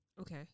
Okay